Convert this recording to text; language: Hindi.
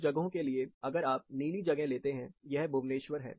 कुछ जगहों के लिए अगर आप यह नीली जगह लेते हैं यह भुवनेश्वर है